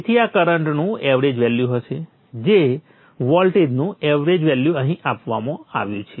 તેથી આ કરંટનું એવરેજ વેલ્યુ હશે જે વોલ્ટેજનું એવરેજ વેલ્યુ અહીં આપવામાં આવ્યું છે